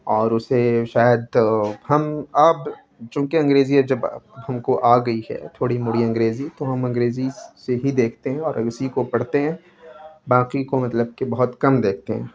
اور اسے شاید ہم اب چوں کہ انگریزی جب اب ہم کو آ گئی ہے تھوڑی موڑی انگریزی تو ہم انگریزی سے ہی دیکھتے ہیں اور اسی کو پڑھتے ہیں باقی کو مطلب کہ بہت کم دیکھتے ہیں